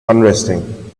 unresting